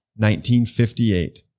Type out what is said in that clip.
1958